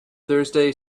thursday